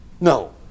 No